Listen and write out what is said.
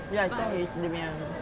ya I saw recently dia punya